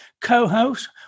co-host